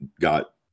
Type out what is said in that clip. got